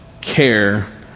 care